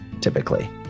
typically